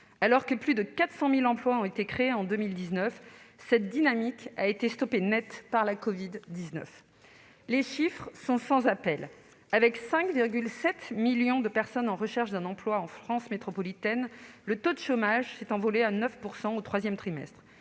Alors que plus de 400 000 emplois ont été créés en 2019, cette dynamique a été stoppée net par la covid-19. Les chiffres sont sans appel : avec 5,7 millions de personnes en recherche d'emploi en France métropolitaine, le taux de chômage s'est envolé à 9 % au troisième trimestre